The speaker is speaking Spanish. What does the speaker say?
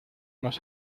nos